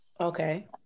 Okay